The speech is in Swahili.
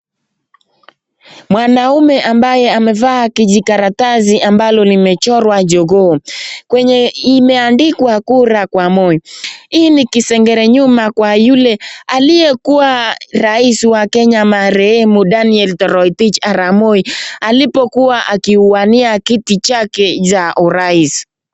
Mwanaume ambaye amevaa kijikaratasi ambalo limechorwa jogoo. Kwenye imeandikwa kura kwa Moi. Hii ni kisengere nyuma kwa yule aliyekuwa rais wa Kenya marehemu Daniel Toroitich arap Moi alipokuwa akiuania kiti chake cha urais.